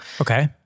Okay